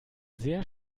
sehr